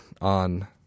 on